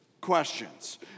questions